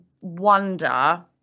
wonder